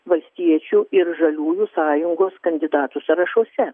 valstiečių ir žaliųjų sąjungos kandidatų sąrašuose